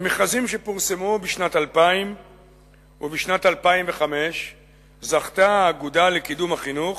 במכרזים שפורסמו בשנת 2000 ובשנת 2005 זכתה האגודה לקידום החינוך,